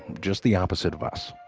just the opposite of us.